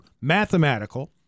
mathematical